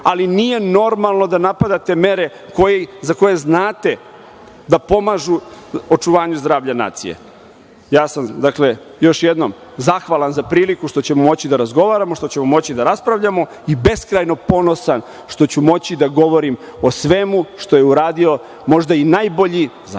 ali nije normalno da napadate mere za koje znate da pomažu očuvanju zdravlja nacije. Još jednom, zahvalan sam za priliku što ćemo moći da razgovaramo, što ćemo moći da raspravljamo i beskrajno ponosan što ću moći da govorim o svemu što je uradio možda i najbolji, za mene